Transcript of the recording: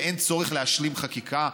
ואין צורך להשלים חקיקה.